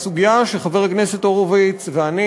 הסוגיה של חבר הכנסת הורוביץ ושלי,